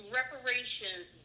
reparations